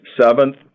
seventh